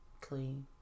clean